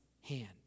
hand